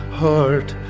heart